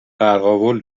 قرقاول